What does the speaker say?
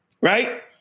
right